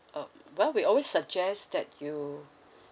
um well we always suggest that you